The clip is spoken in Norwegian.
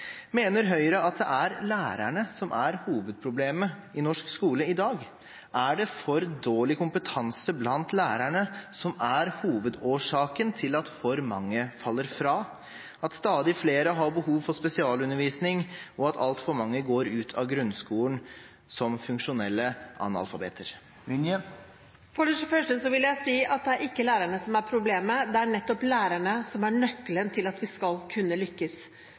Mener Høyre at det er lærerne som er hovedproblemet i norsk skole i dag? Er det for dårlig kompetanse blant lærerne som er hovedårsaken til at for mange faller fra, at stadig flere har behov for spesialundervisning, og at altfor mange går ut av grunnskolen som funksjonelle analfabeter? For det første vil jeg si at det er ikke lærerne som er problemet; det er nettopp lærerne som er nøkkelen til at vi skal kunne lykkes.